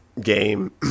game